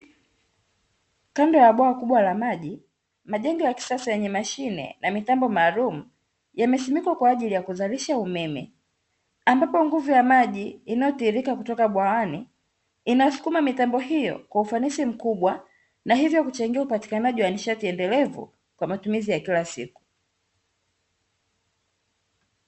Kando ya bwawa kubwa la maji, majengo ya kisasa yenye mashine na mitambo maalumu, yamesimikwa kwa ajili ya kuzalisha umeme; ambapo nguvu ya maji yanayotiririka kutoka bwawani, yanasukuma mitambo hiyo kwa ufanisi mkubwa, na hivyo kuchangia upatikanaji wa nishati endelevu kwa matumizi ya kila siku.